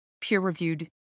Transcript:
peer-reviewed